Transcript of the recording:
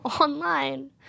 online